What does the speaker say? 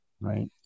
right